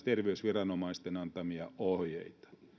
terveysviranomaisten antamia ohjeita